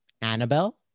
Annabelle